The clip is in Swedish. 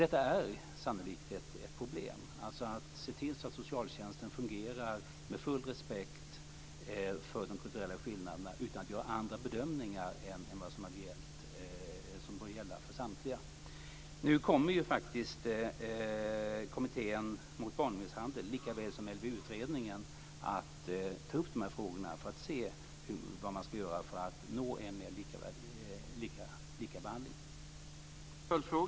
Det är sannolikt ett problem att se till så att socialtjänsten fungerar med full respekt för de kulturella skillnaderna utan att göra andra bedömningar än vad som bör gälla för samtliga. Nu kommer faktiskt Kommittén för utredning av barnmisshandel, likaväl som LVU-utredningen, att ta upp de här frågorna för att se vad man ska göra för att nå lika behandling.